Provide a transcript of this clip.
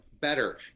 better